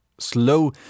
Slow